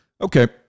Okay